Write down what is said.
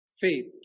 faith